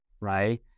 right